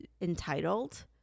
entitled